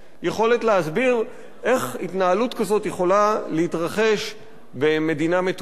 יכולת להסביר איך התנהלות כזאת יכולה להתרחש במדינה מתוקנת.